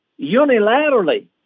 unilaterally